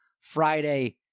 Friday